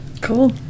cool